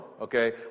okay